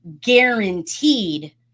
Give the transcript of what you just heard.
guaranteed